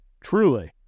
Truly